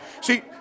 See